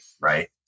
right